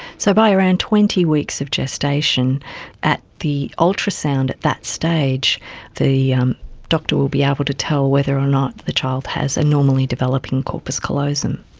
so by around twenty weeks of gestation at the ultrasound at that stage the doctor will be able to tell whether or not the child has a normally developing corpus callosum.